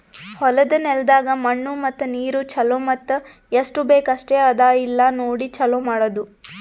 ಹೊಲದ ನೆಲದಾಗ್ ಮಣ್ಣು ಮತ್ತ ನೀರು ಛಲೋ ಮತ್ತ ಎಸ್ಟು ಬೇಕ್ ಅಷ್ಟೆ ಅದಾ ಇಲ್ಲಾ ನೋಡಿ ಛಲೋ ಮಾಡದು